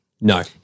No